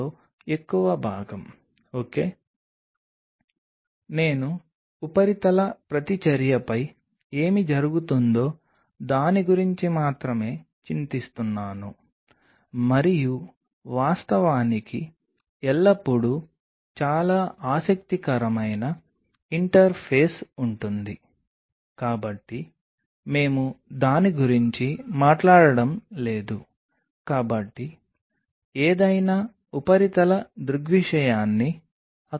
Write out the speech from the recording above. మీరు నిజంగా నేర్చుకోవలసి వచ్చినప్పుడు మరియు నిర్దిష్ట కూర్పుతో మీరు సరిగ్గా నేర్చుకున్న తర్వాత ఉపరితలం ఇలా కనిపిస్తుంది మీరు దాన్ని పునరావృతం చేయవచ్చు కానీ ఎప్పటికప్పుడు మీరు క్రాస్ చెక్ చేసుకోవాలి